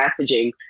messaging